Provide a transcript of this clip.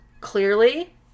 clearly